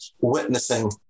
witnessing